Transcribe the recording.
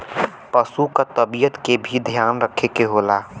पसु क तबियत के भी ध्यान रखे के होला